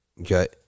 okay